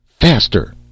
Faster